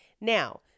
Now